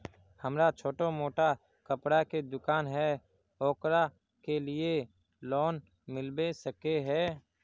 हमरा छोटो मोटा कपड़ा के दुकान है ओकरा लिए लोन मिलबे सके है?